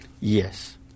Yes